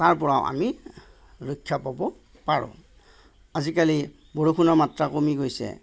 তাৰপৰাও আমি ৰক্ষা পাব পাৰোঁ আজিকালি বৰষুণৰ মাত্ৰা কমি গৈছে